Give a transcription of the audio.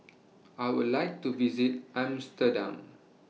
I Would like to visit Amsterdam